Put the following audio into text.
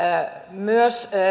myös